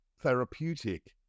therapeutic